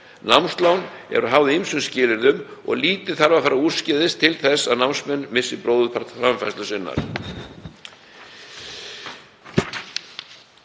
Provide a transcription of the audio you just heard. Námslán eru háð ýmsum skilyrðum og lítið þarf að fara úrskeiðis til þess að námsmenn missi bróðurpart framfærslu sinnar.